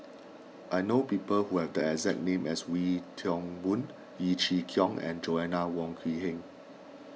I know people who have the exact name as Wee Toon Boon Yeo Chee Kiong and Joanna Wong Quee Heng